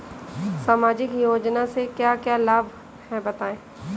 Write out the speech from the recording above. सामाजिक योजना से क्या क्या लाभ हैं बताएँ?